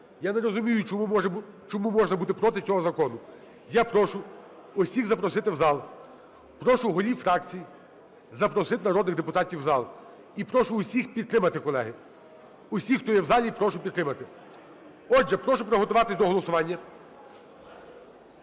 Я не розумію, чому можна бути проти цього закону. Я прошу усіх запросити в зал. Прошу голів фракцій запросити народних депутатів в зал і прошу усіх підтримати, колеги. Усіх, хто є в залі, прошу підтримати. Отже, прошу приготуватись до голосування.